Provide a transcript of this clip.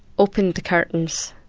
opened the curtains.